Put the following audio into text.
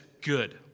good